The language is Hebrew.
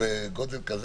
בגודל כזה?